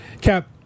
Cap